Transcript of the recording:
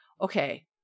okay